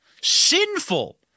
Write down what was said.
sinful